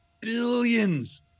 billions